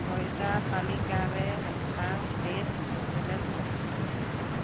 ᱥᱚᱭᱫᱟ ᱛᱟᱞᱤᱠᱟ ᱨᱮ ᱢᱤᱫᱴᱟᱝ ᱴᱮᱹᱥᱴ ᱥᱮᱞᱮᱫᱽ ᱢᱮ